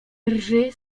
drży